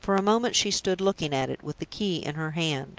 for a moment she stood looking at it, with the key in her hand.